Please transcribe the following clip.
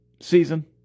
season